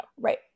Right